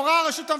מורא הרשות,